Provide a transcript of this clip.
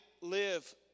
live